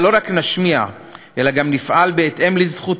אבל לא רק נשמיע, אלא גם נפעל בהתאם לזכותנו,